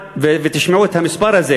ותשמעו את המספר הזה